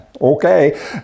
Okay